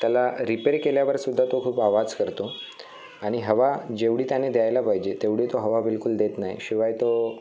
त्याला रिपेरी केल्यावर सुद्धा तो खूप आवाज करतो आणि हवा जेवढी त्याने द्यायला पाहिजे तेवढी तो हवा बिलकुल देत नाही शिवाय तो